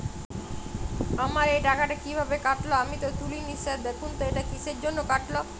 আমার এই টাকাটা কীভাবে কাটল আমি তো তুলিনি স্যার দেখুন তো এটা কিসের জন্য কাটল?